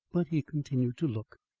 but he continued to look,